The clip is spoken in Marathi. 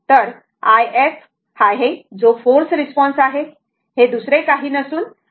तर हा if आहे जो फोर्स रिस्पॉन्स आहे हे दुसरे काही नसून iinfinity Vs R आहे